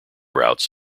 routes